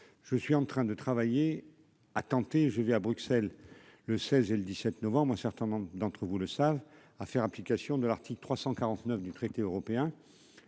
je suis en train de travailler à tenter, je vais à Bruxelles le 16 et le 17 novembre un certain nombre d'entre vous le savent, à faire application de l'article 349 du traité européen